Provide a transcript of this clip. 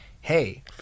hey